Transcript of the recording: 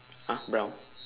!huh! brown